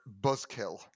Buzzkill